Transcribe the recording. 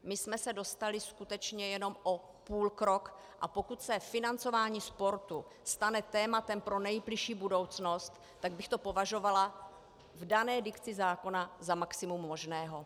My jsme se dostali skutečně jenom o půlkrok, a pokud se financování sportu stane tématem pro nejbližší budoucnost, tak bych to považovala v dané dikci zákona za maximum možného.